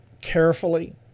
carefully